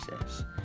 says